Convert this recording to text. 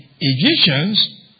Egyptians